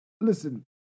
Listen